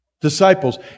disciples